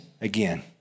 again